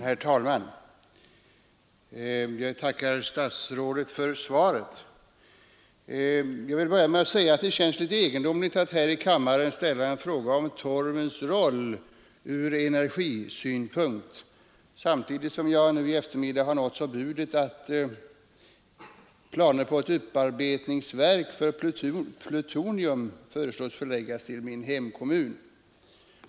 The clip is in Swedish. Herr talman! Jag tackar statsrådet för svaret. Jag vill börja med att säga att det känns litet egendomligt att här i kammaren får svar på en fråga om torvens roll från energisynpunkt samtidigt som jag i eftermiddag har nåtts av ryktet att ett upparbetningsverk för plutonium skall förläggas till min hemkommun.